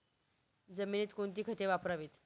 जमिनीत कोणती खते वापरावीत?